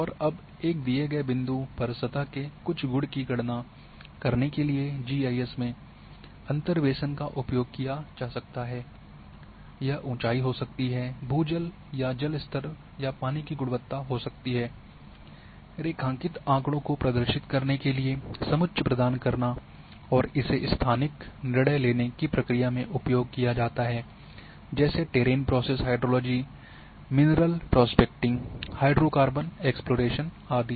और अब एक दिए गए बिंदु पर सतह के कुछ गुण की गणना करने के लिए जीआईएस में अंतर्वेसन का उपयोग किया जा सकता है यह ऊंचाई हो सकती है भूजल या जल स्तर या पानी की गुणवत्ता हो सकती है रेखांकित आँकड़ों को प्रदर्शित करने के लिए समुच्च प्रदान करना और इसे अक्सर स्थानिक निर्णय लेने की प्रक्रिया में उपयोग किया जाता है जैसे terrain process hydrology mineral prospecting hydrocarbon exploration आदि